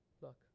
look